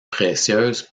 précieuse